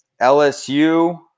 LSU